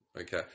Okay